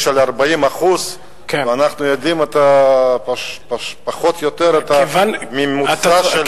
של 40%. אנחנו יודעים פחות או יותר את הממוצע של,